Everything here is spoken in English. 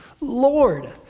Lord